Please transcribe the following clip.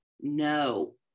no